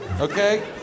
okay